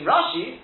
Rashi